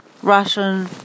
Russian